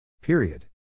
Period